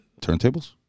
Turntables